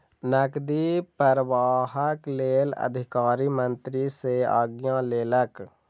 नकदी प्रवाहक लेल अधिकारी मंत्री सॅ आज्ञा लेलक